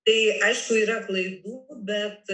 tai aišku yra klaidų bet